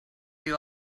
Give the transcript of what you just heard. you